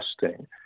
testing